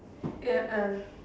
ya uh